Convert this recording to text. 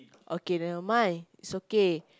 okay never mind it's okay